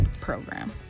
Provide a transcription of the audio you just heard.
program